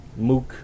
MOOC